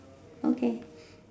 okay